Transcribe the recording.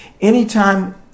Anytime